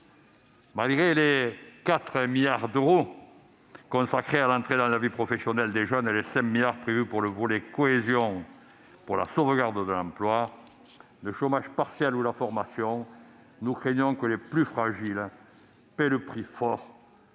Malgré les 4 milliards d'euros consacrés à l'entrée dans la vie professionnelle des jeunes et les 5 milliards d'euros prévus pour le volet « cohésion » centré sur la sauvegarde de l'emploi, le chômage partiel ou la formation, nous craignons que les plus fragiles ne paient le prix fort